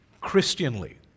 Christianly